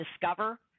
discover